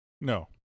No